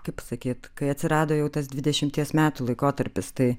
kaip sakyt kai atsirado jau tas dvidešimties metų laikotarpis tai